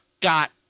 got